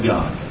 God